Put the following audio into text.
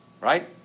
Right